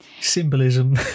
Symbolism